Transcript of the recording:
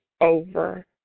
over